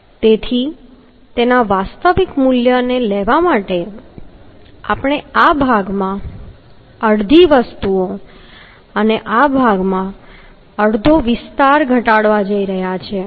તેથી તેનું વાસ્તવિક મૂલ્ય લેવા માટે આપણે આ ભાગમાં અડધી વસ્તુઓ અને આ ભાગમાં અડધો વિસ્તાર ઘટાડવા જઈ રહ્યા છીએ